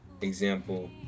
example